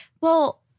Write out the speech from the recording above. well-